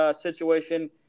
situation